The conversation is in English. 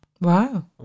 Wow